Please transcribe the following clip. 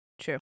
True